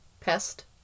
pest